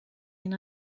ihn